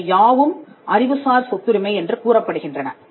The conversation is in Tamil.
அவை யாவும் அறிவுசார் சொத்துரிமை என்று கூறப்படுகின்றன